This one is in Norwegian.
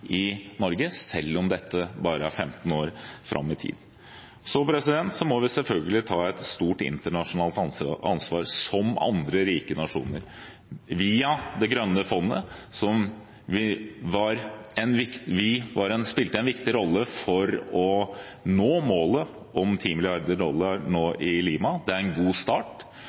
i Norge, selv om dette bare er 15 år fram i tid. Så må vi selvfølgelig ta et stort internasjonalt ansvar, som andre rike nasjoner – via det grønne fondet, der vi spilte en viktig rolle for å nå målet om 10 mrd. dollar nå i Lima. Det er en god start.